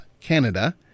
Canada